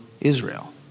Israel